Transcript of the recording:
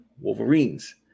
Wolverines